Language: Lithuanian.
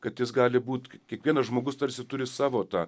kad jis gali būt kiekvienas žmogus tarsi turi savo tą